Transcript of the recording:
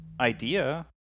idea